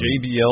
JBL